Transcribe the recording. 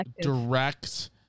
direct